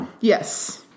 yes